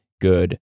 good